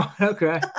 Okay